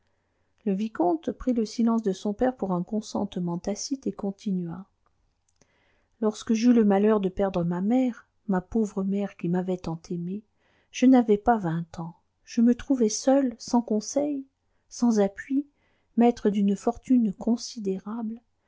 le vicomte prit le silence de son père pour un consentement tacite et continua lorsque j'eus le malheur de perdre ma mère ma pauvre mère qui m'avait tant aimé je n'avais pas vingt ans je me trouvai seul sans conseil sans appui maître d'une fortune considérable